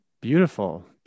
Beautiful